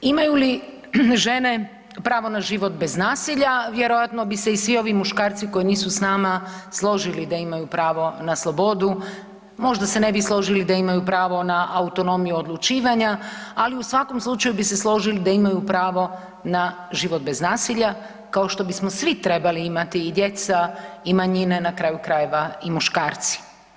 Imaju li žene pravo na život bez nasilja, vjerojatno bi se i svi ovi muškarci koji nisu s nama složili da imaju pravo na slobodu, možda se ne bi složili da imaju pravo na autonomiju odlučivanja, ali u svakom slučaju bi se složili da imaju pravo na život bez nasilja, kao što bismo svi trebali imati, i djeca i manjine, na kraju krajeva i muškarci.